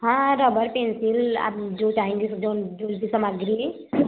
हाँ rubber pencil आप जो चाहेंगे जो दूसरी सामग्री